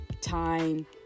time